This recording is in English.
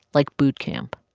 like boot camp.